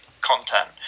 content